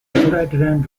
authoritarian